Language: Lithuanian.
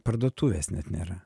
parduotuvės net nėra